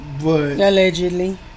Allegedly